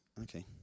okay